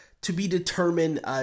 to-be-determined